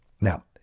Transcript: Now